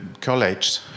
college